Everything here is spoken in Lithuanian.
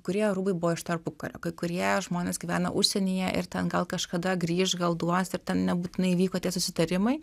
kurie rūbai buvo iš tarpukario kai kurie žmonės gyvena užsienyje ir ten gal kažkada grįš gal duos ir ten nebūtinai įvyko tie susitarimai